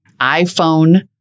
iphone